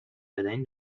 بدنی